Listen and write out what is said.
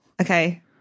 Okay